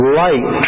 light